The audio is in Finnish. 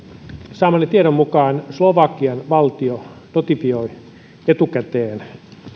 saamani tiedon mukaan slovakian valtio notifioi etukäteen